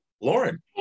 Lauren